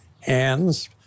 hands